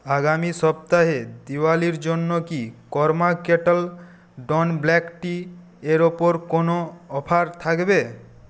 আগামী সপ্তাহে দিওয়ালির জন্য কি কর্মা কেটল্ ডন ব্ল্যাক টি এর ওপর কোনো অফার থাকবে